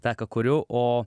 tą ką kuriu o